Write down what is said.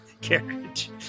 carriage